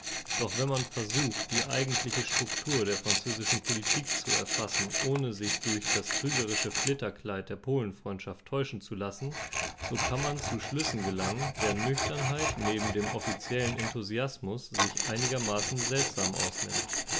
doch wenn man versucht die eigentliche struktur der französischen politik zu erfassen ohne sich durch das trügerische flitterkleid der polenfreundschaft täuschen zu lassen kann man zu schlüssen gelangen deren nüchternheit neben dem offiziellen enthusiasmus sich einigermaßen seltsam ausnimmt